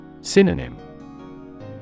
Synonym